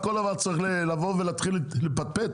על כל דבר צריך לבוא ולהתחיל לפטפט?